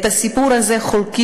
במדינה שהקמנו